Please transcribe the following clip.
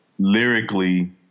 lyrically